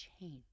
change